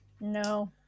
No